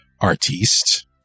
artiste